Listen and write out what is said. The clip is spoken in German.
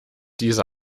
diese